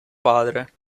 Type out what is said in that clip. padre